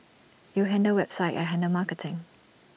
you handle website I handle marketing